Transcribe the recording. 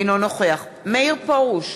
אינו נוכח מאיר פרוש,